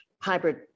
hybrid